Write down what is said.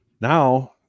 now